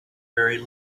very